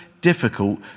difficult